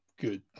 good